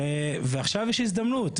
ועכשיו יש הזדמנות.